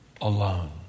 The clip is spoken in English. alone